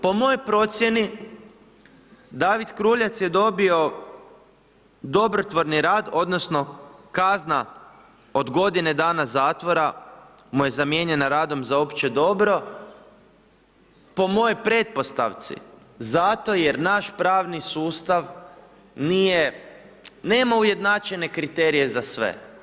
Po mojoj procijeni David Kruljac je dobio dobrotvorni rad odnosno kazna od godine dana zatvora mu je zamijenjena radom za opće dobro, po mojoj pretpostavci, zato jer naš pravni sustav nije, nema ujednačene kriterije za sve.